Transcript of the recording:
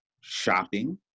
shopping